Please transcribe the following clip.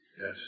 Yes